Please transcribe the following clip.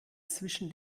zwischen